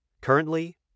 Currently